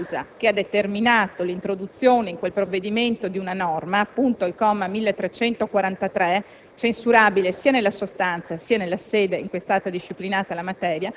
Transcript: è stato affermato che l'inserimento di questa norma è risultato il frutto di un mero errore redazionale.